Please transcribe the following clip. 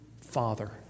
Father